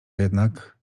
jednak